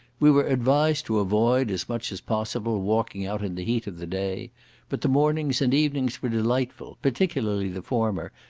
we were advised to avoid, as much as possible, walking out in the heat of the day but the mornings and evenings were delightful, particularly the former,